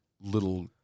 little